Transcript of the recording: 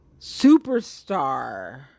superstar